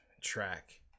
track